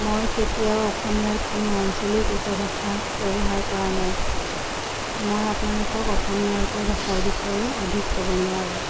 মই কেতিয়াও অসমীয়াৰ কোনো আঞ্চলিক উপভাষা ব্যৱহাৰ কৰা নাই মই আপোনালোকক অসমীয়াৰ উপভাষাৰ বিষয়ে অধিক ক'ব নোৱাৰোঁ